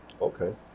Okay